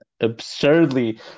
absurdly